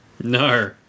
No